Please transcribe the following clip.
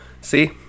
See